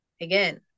Again